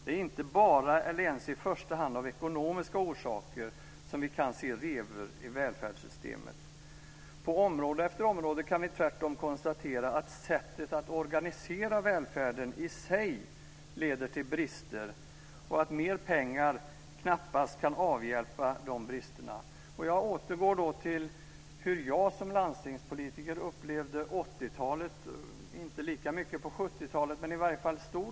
Det är inte bara, eller ens i första hand, av ekonomiska skäl som vi kan se revor i välfärdssystemet. På område efter område kan vi tvärtom konstatera att sättet att organisera välfärden i sig leder till brister och att mer pengar knappast kan avhjälpa dessa brister. Jag återgår då till hur jag som landstingspolitiker upplevde en stor del av 80-talet, inte lika mycket på 70-talet.